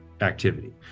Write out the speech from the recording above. activity